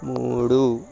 మూడు